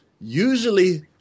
usually